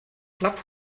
blatt